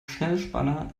schnellspanner